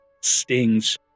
stings